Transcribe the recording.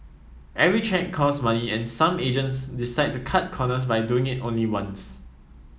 every check costs money and some agents decide to cut corners by doing it only once